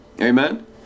Amen